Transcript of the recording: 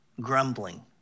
grumbling